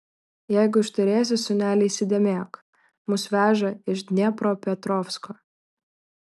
jeigu išturėsi sūneli įsidėmėk mus veža iš dniepropetrovsko